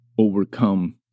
Overcome